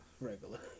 Regular